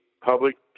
public